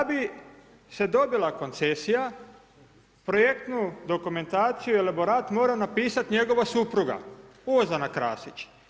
Da bi se dobila koncesija, projektnu dokumentaciju i elaborat mora napisati njegova supruga, Ozana Krasić.